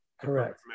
Correct